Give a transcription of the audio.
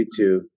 YouTube